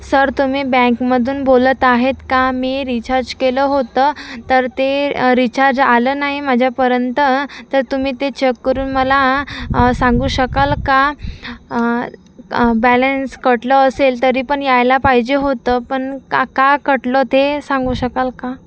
sir तुम्ही बँकमधून बोलत आहेत का मी रिचार्ज केलं होतं तर ते रिचार्ज आलं नाही माझ्यापर्यंत तर तुम्ही ते चक करून मला सांगू शकाल का बॅलेन्स कटलं असेल तरी पण यायला पाहिजे होतं पण का का कटलं ते सांगू शकाल का